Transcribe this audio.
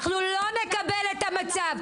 אנחנו לא נקבל את המצב,